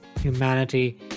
humanity